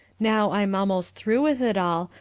now i'm almost through with it all,